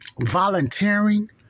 volunteering